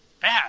bad